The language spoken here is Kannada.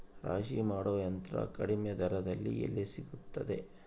ರಾಶಿ ಮಾಡುವ ಯಂತ್ರ ಕಡಿಮೆ ದರದಲ್ಲಿ ಎಲ್ಲಿ ಸಿಗುತ್ತದೆ?